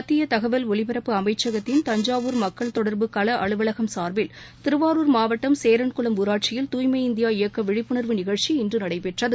மத்திய தகவல் ஒலிபரப்பு அமைச்சகத்தின் தஞ்சாவூர் மக்கள் தொடர்பு கள அலுவலகம் சார்பில் திருவாரூர் மாவட்டம் சேரன்குளம் ஊராட்சியில் தூய்மை இந்தியா இயக்க விழிப்புணர்வு நிகழ்ச்சி இன்று நடைபெற்றது